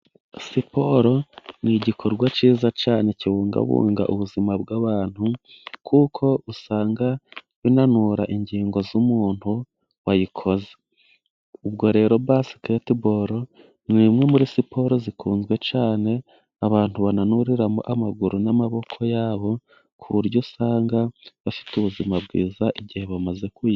Siporo ni igikorwa cyiza cyane kibungabunga ubuzima bw'abantu, kuko usanga inura ingingo z'umuntu wayikoze. Ubwo rero basiketiboro, ni imwe muri siporo zikunzwe cyane, abantu bananuriramo amaguru n'amaboko yabo, ku buryo usanga bafite ubuzima bwiza, igihe bamaze kuyi...